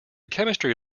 chemistry